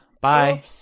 bye